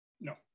No